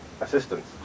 assistance